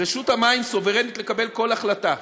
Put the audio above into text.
רשות המים סוברנית לקבל כל החלטה.